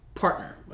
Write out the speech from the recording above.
Partner